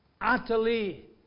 Utterly